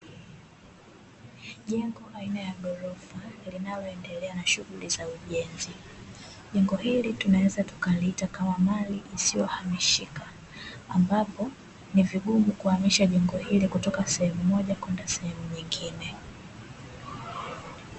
Jengo aina ya ghorofa linaloendelea na shughuli za ujenzi, jengo hili tunaweza tukaliita kama mali isiyohamishika, ambapo ni vigumu kuhamisha jengo hili kutoka sehemu moja kwenda sehemu nyingine.